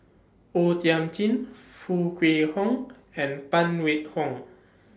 O Thiam Chin Foo Kwee Horng and Phan Wait Hong